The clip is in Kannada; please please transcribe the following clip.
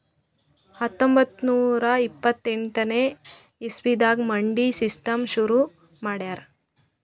ಹತ್ತೊಂಬತ್ತ್ ನೂರಾ ಇಪ್ಪತ್ತೆಂಟನೇ ಇಸವಿದಾಗ್ ಮಂಡಿ ಸಿಸ್ಟಮ್ ಶುರು ಮಾಡ್ಯಾರ್